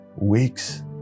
weeks